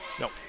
No